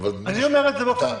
--- אני אומר את זה באופן ברור.